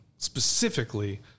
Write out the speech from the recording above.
specifically